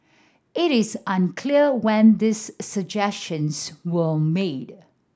it is unclear when these suggestions were made